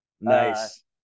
Nice